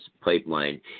Pipeline